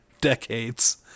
decades